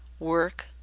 work,